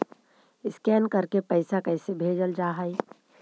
Scan करके पैसा कैसे भेजल जा हइ?